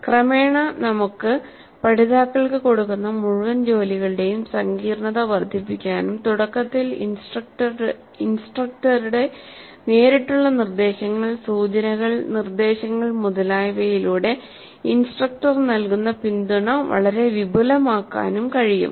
ക്രമേണ നമുക്ക് പഠിതാക്കൾക്ക് കൊടുക്കുന്ന മുഴുവൻ ജോലികളുടെയും സങ്കീർണ്ണത വർദ്ധിപ്പിക്കാനും തുടക്കത്തിൽ ഇൻസ്ട്രക്ടറുടെ നേരിട്ടുള്ള നിർദ്ദേശങ്ങൾ സൂചനകൾ നിർദ്ദേശങ്ങൾ മുതലായവയിലൂടെ ഇൻസ്ട്രക്റ്റർ നൽകുന്ന പിന്തുണ വളരെ വിപുലമാക്കാനും കഴിയും